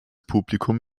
publikum